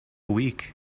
week